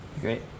Great